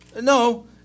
No